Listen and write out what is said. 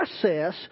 process